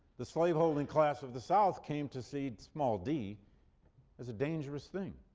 the slaveholding class of the south came to see small d as a dangerous thing.